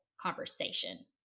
conversation